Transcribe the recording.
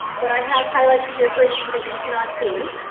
what i have highlighted here for you that you cannot see,